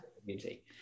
community